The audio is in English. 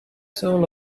soul